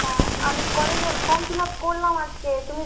হ্যাঁ আমি কলেজের ফর্ম ফিল আপ করলাম আজকে তুমি